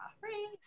free